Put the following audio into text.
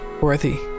Worthy